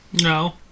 No